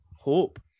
Hope